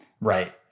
Right